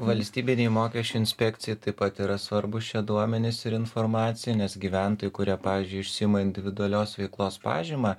valstybinei mokesčių inspekcijai taip pat yra svarbūs šie duomenys ir informacija nes gyventojai kurie pavyzdžiui išsiima individualios veiklos pažymą